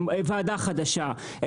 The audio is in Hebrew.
ועדה חדשה,